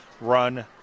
run